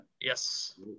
Yes